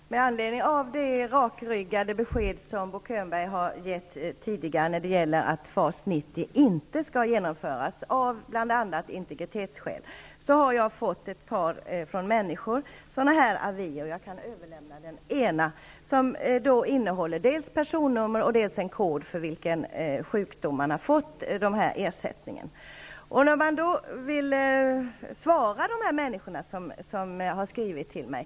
Fru talman! Med anledning av det rakryggade besked som Bo Könberg har gett tidigare när det gäller att FAS 90 inte skall genomföras av bl.a. integritetsskäl har jag från några människor fått ett par sådana avier, och jag kan överlämna den ena till statsrådet. En sådan avi innehåller personnummer och en kod som anger vad utbetalningen avser. För att kunna besvara frågor från dessa människor har jag undersökt detta litet grand.